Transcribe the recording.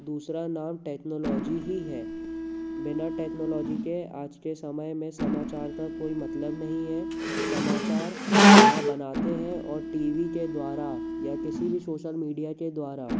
दूसरा नाम टेक्नोलॉजी ही है बिना टेक्नोलॉजी के आज के समय में समाचार का कोई मतलब नहीं है समाचार यहाँ बनाते हैं और टी वी के द्वारा या किसी भी सोशल मीडिया के द्वारा